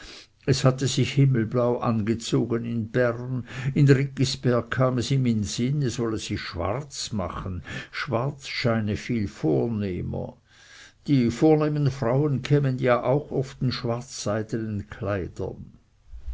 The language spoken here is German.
es hatte sich himmelblau angezogen in bern in riggisberg kam es ihm in sinn es wolle sich schwarz anziehen schwarz scheine viel vornehmer die vornehmen frauen kämen ja auch oft in schwarzseidenen kleidern